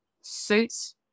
suits